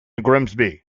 grimsby